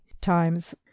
times